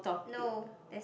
no